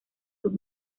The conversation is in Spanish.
sus